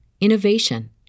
innovation